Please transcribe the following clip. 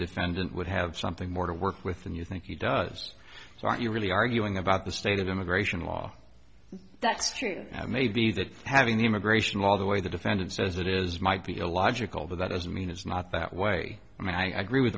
defendant would have something more to work with than you think he does so are you really arguing about the state of immigration law that's true maybe that having the immigration law the way the defendant says it is might be illogical but that doesn't mean it's not that way i mean i grew with